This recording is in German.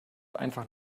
einfach